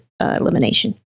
elimination